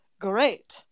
great